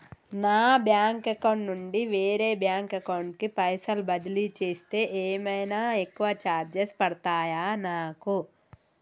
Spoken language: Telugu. నా బ్యాంక్ అకౌంట్ నుండి వేరే బ్యాంక్ అకౌంట్ కి పైసల్ బదిలీ చేస్తే ఏమైనా ఎక్కువ చార్జెస్ పడ్తయా నాకు?